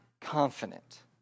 confident